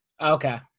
Okay